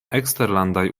eksterlandaj